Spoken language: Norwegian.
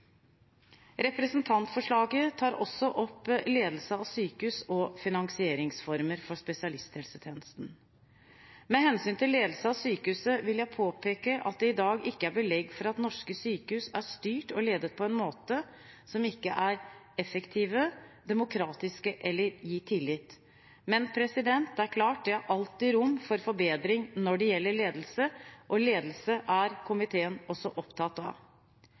Representantforslaget tar også opp ledelse av sykehus og finansieringsformer for spesialisthelsetjenesten. Med hensyn til ledelse av sykehuset vil jeg påpeke at det i dag ikke er belegg for at norske sykehus er styrt og ledet på en måte som ikke er effektiv, demokratisk eller gir tillit. Men det er klart at det alltid er rom for forbedring når det gjelder ledelse, og ledelse er komiteen også opptatt av.